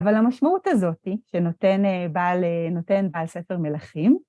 אבל המשמעות הזאת שנותן בעל ספר מלכים,